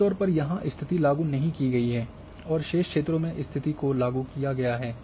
आमतौर पर यहां स्थिति लागू नहीं की गई है और शेष क्षेत्रों में स्थिति को लागू किया गया है